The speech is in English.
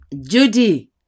Judy